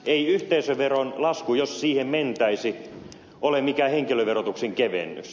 ei yhteisöveron lasku jos siihen mentäisiin ole mikään henkilöverotuksen kevennys